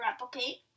replicate